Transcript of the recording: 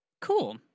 cool